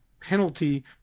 penalty